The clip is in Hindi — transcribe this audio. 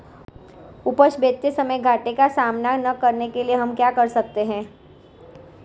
उपज बेचते समय घाटे का सामना न करने के लिए हम क्या कर सकते हैं?